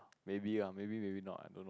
maybe ah maybe maybe not I don't know